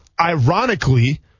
Ironically